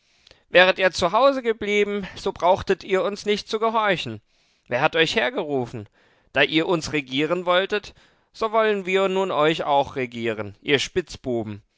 wäret ihr zu hause geblieben so brauchtet ihr uns nicht zu gehorchen wer hat euch hergerufen da ihr uns regieren wolltet so wollen wir nun euch auch regieren ihr spitzbuben